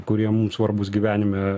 kurie mums svarbūs gyvenime